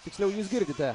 tiksliau jūs girdite